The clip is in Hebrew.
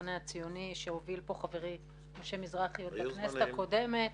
המחנה הציוני שהוביל כאן חברי משה מזרחי עוד בכנסת הקודמת,